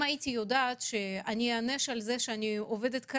אם הייתי יודעת שאני איענש על זה שאני עובדת,